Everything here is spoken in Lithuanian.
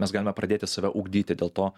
mes galime pradėti save ugdyti dėl to